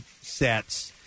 sets